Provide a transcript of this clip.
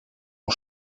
ont